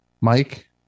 Mike